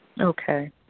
Okay